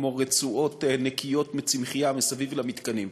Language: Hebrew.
כמו רצועות נקיות מצמחייה מסביב למתקנים,